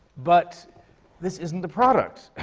but this isn't the product,